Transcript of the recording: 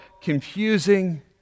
confusing